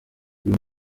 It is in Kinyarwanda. uyu